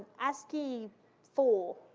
ascii four,